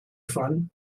fun